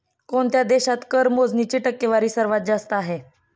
कोणत्या देशात कर मोजणीची टक्केवारी सर्वात जास्त आहे?